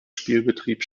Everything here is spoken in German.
spielbetrieb